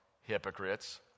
hypocrites